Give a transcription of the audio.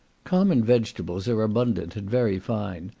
common vegetables are abundant and very fine.